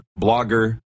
blogger